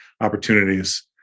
opportunities